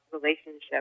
relationship